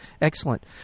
Excellent